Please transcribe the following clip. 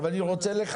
כן, אבל אני רוצה לחדד.